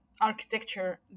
architecture